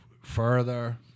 further